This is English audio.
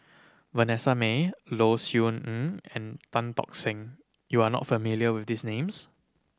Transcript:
Vanessa Mae Low Siew Nghee and Tan Tock Seng you are not familiar with these names